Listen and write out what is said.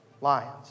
lions